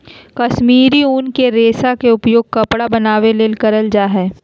कश्मीरी उन के रेशा के उपयोग कपड़ा बनावे मे करल जा हय